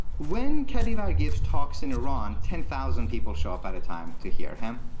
when kadivar gives talks in iran, ten thousand people show up at a time to hear him.